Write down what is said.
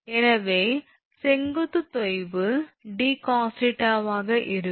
எனவே செங்குத்து தொய்வு 𝑑cos𝜃 ஆக இருக்கும்